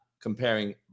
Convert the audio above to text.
comparing